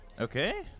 Okay